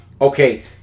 Okay